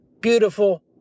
Beautiful